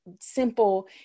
simple